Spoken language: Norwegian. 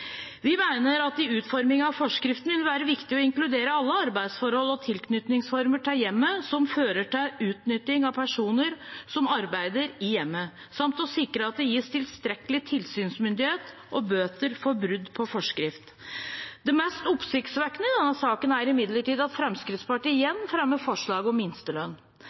Vi mener at det i utforming av forskriften vil være viktig å inkludere alle arbeidsforhold og tilknytningsformer til hjemmet som fører til utnytting av personer som arbeider i hjemmet, samt å sikre at det gis tilstrekkelig tilsynsmyndighet og bøter for brudd på forskrift. Det mest oppsiktsvekkende i denne saken er imidlertid at Fremskrittspartiet igjen fremmer forslag om minstelønn.